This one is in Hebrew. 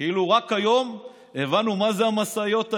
כאילו רק היום הבנו מה זה המשאיות האלה,